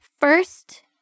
First